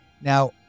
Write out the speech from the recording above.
Now